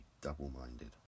double-minded